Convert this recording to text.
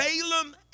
Balaam